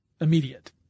immediate